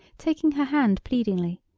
taking her hand pleadingly,